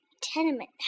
tenement